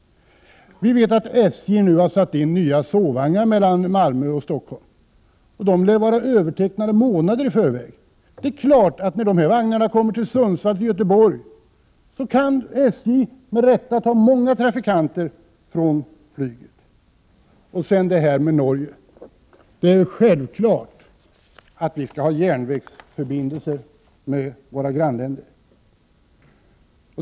Vi vet att SJ har satt in nya sovvagnar mellan Malmö och Stockholm, och de lär vara övertecknade flera månader i förväg. Det är klart att när sådana vagnar kommer på sträckorna till Sundsvall och Göteborg, kan SJ med rätta ta många trafikanter från flyget. Sedan det här med Norge. Det är självklart att vi skall ha järnvägsförbindelser med våra grannländer.